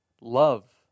love